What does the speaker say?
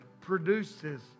produces